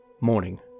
Morning